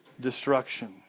destruction